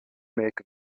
make